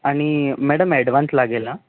आणि madam advance लागेल हां